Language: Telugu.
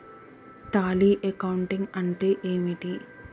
టాలీ అకౌంటింగ్ అంటే ఏమిటి?